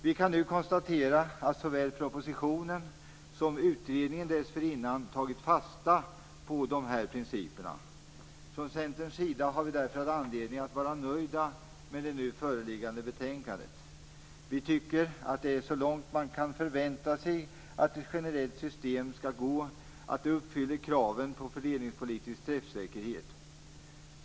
Vi kan nu konstatera att såväl propositionen som utredningen dessförinnan tagit fasta på dessa principer. Från Centerns sida har vi därför anledning att vara nöjda med det nu föreliggande betänkandet. Vi tycker att det, så långt man kan förvänta sig av ett generellt system, uppfyller kraven på fördelningspolitisk träffsäkerhet.